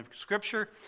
scripture